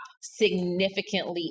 significantly